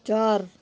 चार